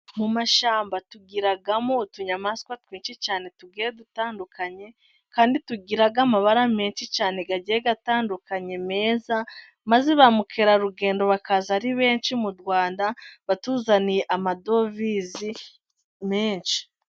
Mu mashyamba tugiramo utunyamaswa twinshi cyane tugiye dutandukanye, kandi tugira amabara menshi cyane agiye atandukanye meza. Maze ba mukerarugendo bakaza ari benshi mu Rwanda, batuzaniye amadovize menshi.